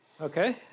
Okay